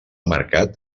mercat